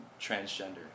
transgender